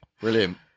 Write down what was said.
Brilliant